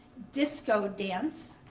disco dance,